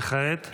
וכעת?